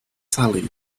sally